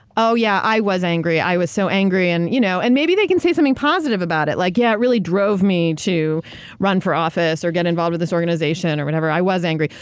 oh, yeah. i was angry. i was so angry. and you know and maybe they can say something positive about it like, yeah, it really drove me to run for office or get involved with this organization or whatever. i was angry.